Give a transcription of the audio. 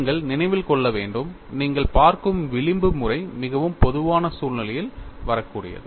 நீங்கள் நினைவில் கொள்ள வேண்டும் நீங்கள் பார்க்கும் விளிம்பு முறை மிகவும் பொதுவான சூழ்நிலையில் வரக்கூடியது